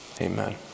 amen